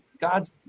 God